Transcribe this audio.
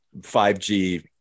5g